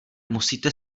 musíte